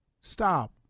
Stop